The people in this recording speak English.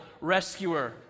rescuer